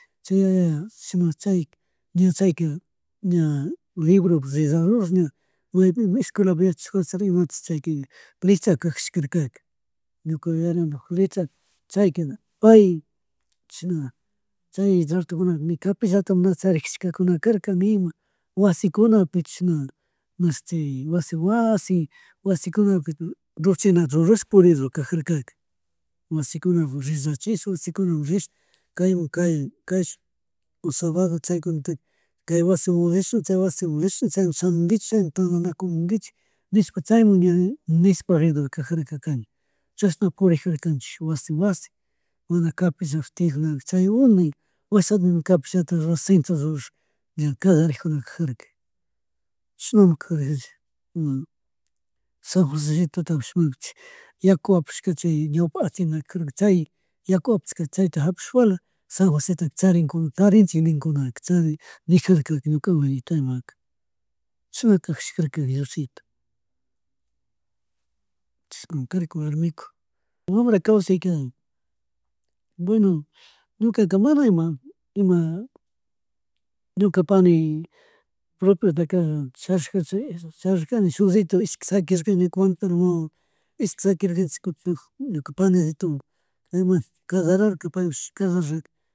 Chay yaya shuk chay ña chayka ña, libropuk reshador ña, maypimi escuela yacharikarka imachi chayka letrata kajashkarka ñuka yuyaripuk letra chaykuna pay chashna chayratokunaka ni capillata na charijarkakuna karka nima wasikunapi china, mashtia, washin washin wasikunapuka ronchenata rushapa puridor kajakka, wasikunamun rillachis, wasikunamun rish, kaymun kay kayshun sabadota, chaykunata, kay wasimun rish, chay wasimun rish chaymun shamunkichik rishcik chaymun tandamunguichik nishpa chyamun ña nishkpa kador kajarkani chashna purijarkanchisk wasin, wasin, mana capillapish tiyaklapish chay uni washata capillata rurash centro rurash ña callarijunakarka. Chishnama ña callaranakujarka chishnama kajarkanchik, chishnama kajarkanchik ima San Josèllito maypuchik yaku apallka chay ñawpa acienda karka chay yaku apashka chayta hapishpaka San Josèta charinkuna tanrinchik ninkunaka, chari nijakarka ñuka mamita imaka. Chashna kashka kajashkarka. Chishnami karka warmiku, wambra kawsayka bueno ñukaka mana ima, ima. Ñuka pani propiotaka charishkacha, charishkani shukllito ishki shakirirkani ñuka mamita alma wawa ishki shaquirirish kutik ñuka panillituwan, imashuti kallararka paywash kallarar rirka